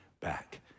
back